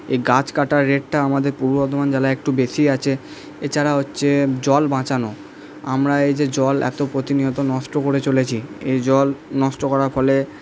এই গাছ কাটার রেটটা আমাদের পূর্ব বর্ধমান জেলায় একটু বেশিই আছে এছাড়া হচ্ছে জল বাঁচানো আমরা এই যে জল এতো প্রতিনিয়ত নষ্ট করে চলেছি এই জল নষ্ট করার ফলে